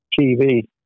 TV